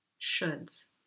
Shoulds